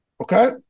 Okay